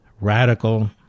radical